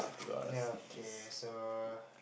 ya okay so